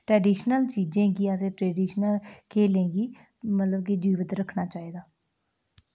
traditional चीजें गी असें ट्रैडिशनल खेढें गी मतलब कि जीवंत रक्खना चाहिदा